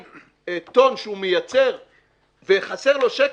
200 טון שהוא מייצר וחסר לו שקל,